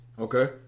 okay